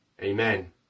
Amen